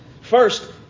First